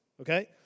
okay